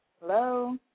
Hello